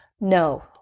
No